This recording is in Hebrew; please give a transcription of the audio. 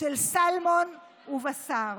של סלמון ובשר.